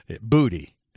Booty